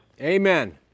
Amen